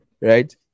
Right